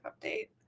update